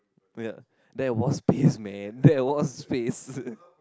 oh yeah there was space man there was space